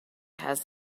has